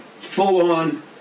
full-on